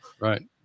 Right